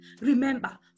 Remember